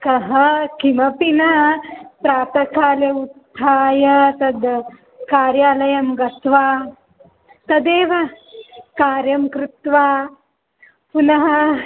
कः किमपि न प्रातःकाले उत्थाय तद् कार्यालयं गत्वा तदेव कार्यं कृत्वा पुनः